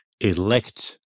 elect